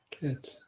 good